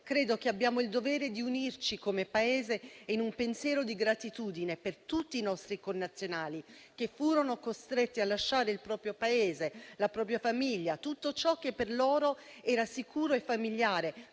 credo che abbiamo il dovere di unirci, come Paese, in un pensiero di gratitudine per tutti i nostri connazionali che furono costretti a lasciare il proprio Paese, la propria famiglia e tutto ciò che per loro era sicuro e familiare